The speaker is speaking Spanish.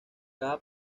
cada